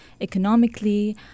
economically